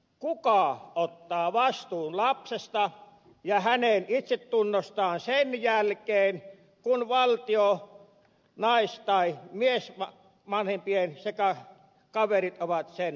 kuka ottaa vastuun lapsesta ja hänen itsetunnostaan sen jälkeen kun valtio nais tai miesvanhemmat sekä kaverit ovat sen musertaneet